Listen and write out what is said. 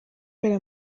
kubera